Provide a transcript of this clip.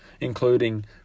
including